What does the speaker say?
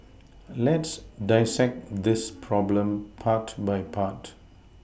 let's dissect this problem part by part